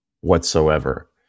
whatsoever